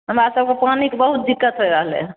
हमरा सबके पानीके बहुत दिक्कत होइ रहलै